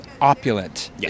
opulent